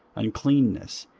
uncleanness,